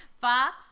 Fox